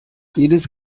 jedes